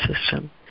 system